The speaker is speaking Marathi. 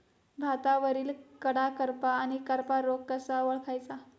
भातावरील कडा करपा आणि करपा रोग कसा ओळखायचा?